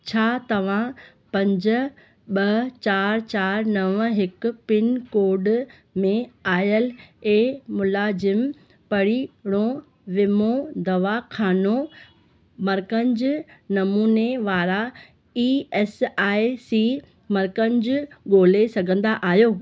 छा तव्हां पंज ॿ चारि चारि नव हिकु पिनकोड में आयल ए मुलाज़िमु परगि॒णो वीमो दवाख़ानो मर्कज़ नमूने वारा ई एस आई सी मर्कज़ ॻोल्हे सघंदा आहियो